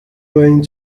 going